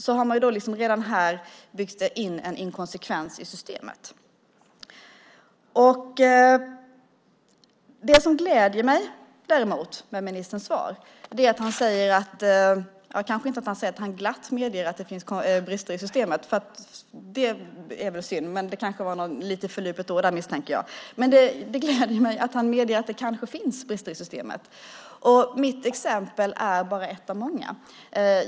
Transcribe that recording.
Då har man redan här byggt in en inkonsekvens i systemet. Det som däremot gläder mig i ministerns svar är att han medger att det kanske finns brister i systemet. Det gläder mig däremot inte att han säger att han glatt medger att det finns brister i systemet. Det är väl synd. Men jag misstänker att det var ett litet förlupet ord. Mitt exempel är bara ett av många.